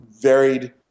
varied